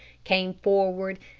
came forward,